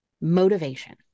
motivation